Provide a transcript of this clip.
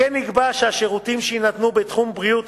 כן נקבע שהשירותים שיינתנו בתחום בריאות